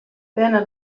binne